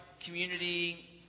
community